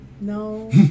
No